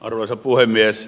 arvoisa puhemies